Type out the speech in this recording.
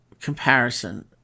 Comparison